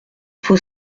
faut